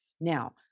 Now